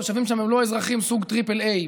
התושבים שם הם לא אזרחים סוג טריפל איי,